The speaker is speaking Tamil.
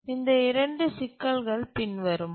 இந்த இரண்டு சிக்கல்கள் பின்வருமாறு